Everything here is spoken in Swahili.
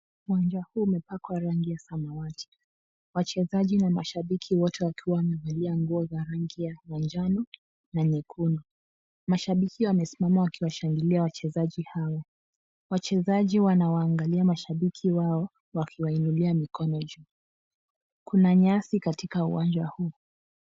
Uwanja huu umepakwa rangi ya samawati. Wachezaji na mashabiki wote wakiwa wamevalia nguo za rangi ya manjano na nyekundu. Mashabiki wamesimama wakiwashangilia wachezaji wao. Wachezaji wanawaangalia mashabiki wao wakiwainulia mikono juu. Kuna nyasi katika uwanja huu.